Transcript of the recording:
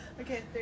Okay